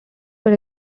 were